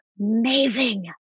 Amazing